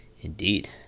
Indeed